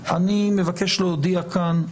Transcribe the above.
אני מבקש להודיע כאן,